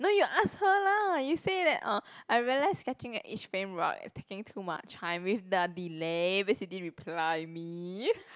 no you ask her lah you say that oh I realise sketching at each frame right is taking too much time with the delay didn't reply me